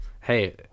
hey